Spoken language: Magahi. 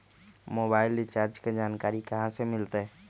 मोबाइल रिचार्ज के जानकारी कहा से मिलतै?